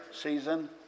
season